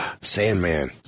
Sandman